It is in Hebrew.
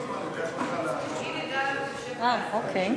אה, אוקיי.